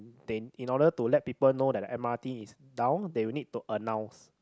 they in order to let people know that the m_r_t is down they will need to announce